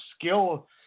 skill